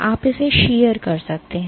आप इसे शीयर कर सकते हैं